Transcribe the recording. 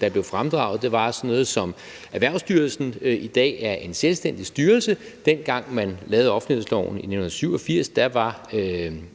der blev fremdraget, var sådan noget som Erhvervsstyrelsen. Den er i dag en selvstændig styrelse. Dengang man lavede offentlighedsloven i 1987, var